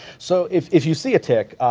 so if if you see a tic,